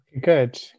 Good